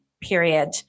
period